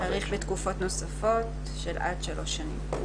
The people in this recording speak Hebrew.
תאריך לתקופות נוספות של עד שלוש שנים,